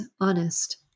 honest